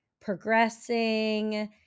progressing